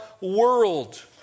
world